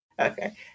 okay